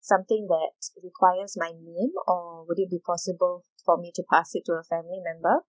something that requires my name or would it be possible for me to pass it to a family member